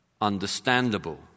understandable